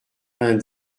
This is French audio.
vingt